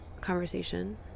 conversation